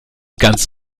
ganz